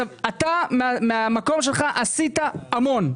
אתה מהמקום שלך עשית המון,